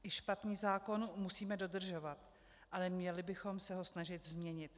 I špatný zákon musíme dodržovat, ale měli bychom se ho snažit změnit.